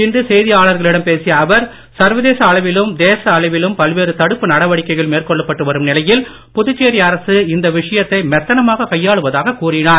இன்று செய்தியாளர்களிடம் பேசிய அவர் சர்வதேச அளவிலும் தேச அளவிலும் பல்வேறு தடுப்பு நடவடிக்கைகள் மேற்கொள்ளப்பட்டு வரும் நிலையில் புதுச்சேரி அரசு இந்த விஷயத்தை மெத்தனமாக கையாளுவதாக கூறினார்